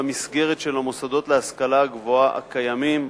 במסגרת של המוסדות להשכלה גבוהה הקיימים,